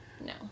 No